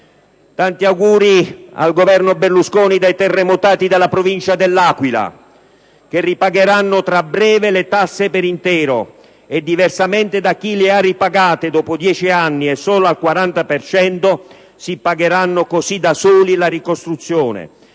Tanti auguri al Governo Berlusconi dai terremotati della Provincia dell'Aquila che ripagheranno tra breve le tasse per intero e, diversamente da chi le ha ripagate dopo dieci anni e solo al 40 per cento, si pagheranno così da soli la ricostruzione,